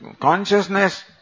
consciousness